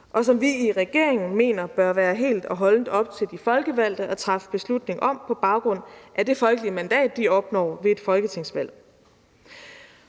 og som vi i regeringen mener det bør være helt og holdent op til de folkevalgte at træffe beslutning om på baggrund af det folkelige mandat, de opnår ved et folketingsvalg.